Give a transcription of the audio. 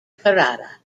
kerala